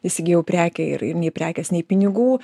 įsigijau prekę ir nei prekės nei pinigų